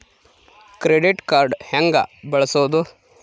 Credit card ಹೆಂಗ ಬಳಸೋದು?